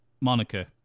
Monica